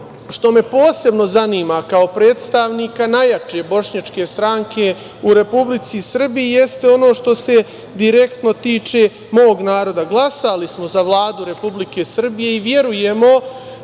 što me posebno zanima, kao predstavnika najjače bošnjačke stranke u Republici Srbiji, jeste ono što se direktno tiče mog naroda. Glasali smo za Vladu Republike Srbije i verujemo